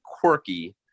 quirky